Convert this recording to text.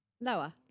Lower